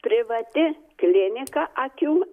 privati klinika akių